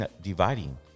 dividing